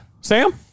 Sam